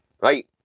right